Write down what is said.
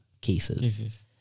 cases